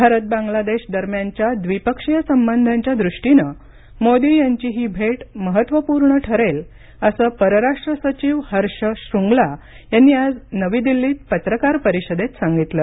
भारत बांगलादेश दरम्यानच्या द्विपक्षीय संबंधांच्या दृष्टीनं मोदी यांची ही भेट महत्त्वपूर्ण ठरेल असं परराष्ट्र सचिव हर्ष श्रूंगला यांनी आज नवी दिल्लीत पत्रकार परिषदेत सांगितलं